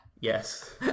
Yes